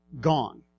Gone